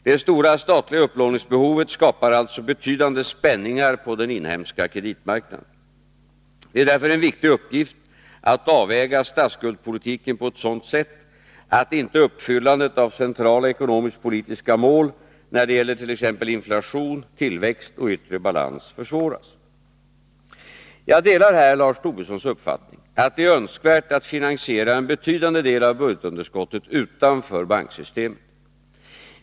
Det stora statliga upplåningsbehovet skapar alltså betydande spänningar på den inhemska kreditmarknaden. Det är därför en viktig uppgift att avväga statsskuldspolitiken på ett sådant sätt att inte uppfyllandet av centrala ekonomisk-politiska mål när det gäller t.ex. inflation, tillväxt och yttre balans försvåras. Jag delar här Lars Tobissons uppfattning att det är önskvärt att finansiera en betydande del av budgetunderskottet utanför banksystemet.